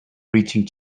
breaching